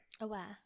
aware